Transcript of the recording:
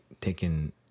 taken